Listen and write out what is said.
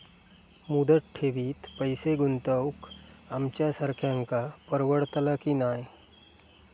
मुदत ठेवीत पैसे गुंतवक आमच्यासारख्यांका परवडतला की नाय?